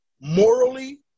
morally